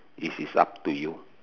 this is up to you